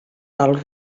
val